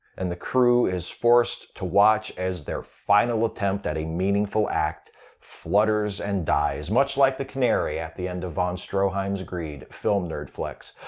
and the crew is forced to watch as their final attempt at a meaningful act flutters and dies, much like the canary at the end of von stroheim's greed film nerd flex.